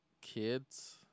kids